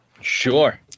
Sure